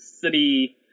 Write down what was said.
city